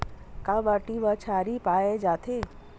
का माटी मा क्षारीय पाए जाथे?